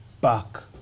back